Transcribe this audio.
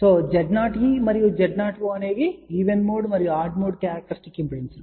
కాబట్టి Z0e మరియు Z0o అనునవి ఈవెన్ మోడ్ మరియు ఆడ్ మోడ్ క్యారెక్టర్స్టిక్ ఇంపెడెన్స్ లు